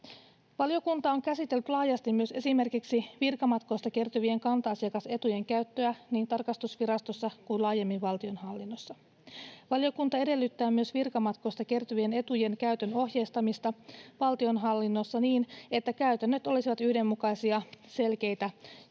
Valiokunta on käsitellyt laajasti myös esimerkiksi virkamatkoista kertyvien kanta-asiakasetujen käyttöä niin tarkastusvirastossa kuin laajemmin valtionhallinnossa. Valiokunta edellyttää myös virkamatkoista kertyvien etujen käytön ohjeistamista valtionhallinnossa niin, että käytännöt olisivat yhdenmukaisia, selkeitä ja